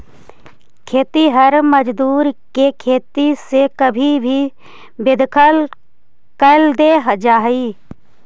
खेतिहर मजदूर के खेती से कभी भी बेदखल कैल दे जा हई